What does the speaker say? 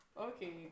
Okay